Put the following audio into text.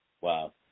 Wow